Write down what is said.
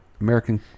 American